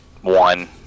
one